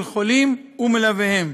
של חולים ומלוויהם.